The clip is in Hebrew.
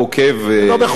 לא בחוק טל.